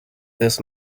this